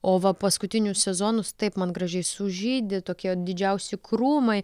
o va paskutinius sezonus taip man gražiai sužydi tokie didžiausi krūmai